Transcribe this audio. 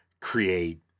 create